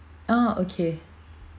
oh okay